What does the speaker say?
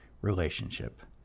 relationship